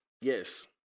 Yes